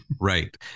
right